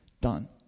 Done